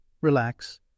relax